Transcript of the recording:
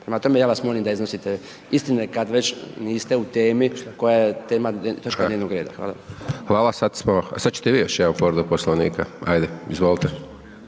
Prema tome, ja vas molim da iznosite istinite, kada već niste u temi, koja je tema točka dnevnog reda. **Hajdaš Dončić, Siniša (SDP)** Hvala. Sada ćete vi još povredu poslovnika, ajde izvolite.